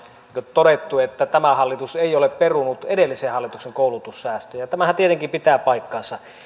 todettu että tämä hallitus ei ole perunut edellisen hallituksen koulutussäästöjä tämähän tietenkin pitää paikkansa